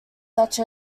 such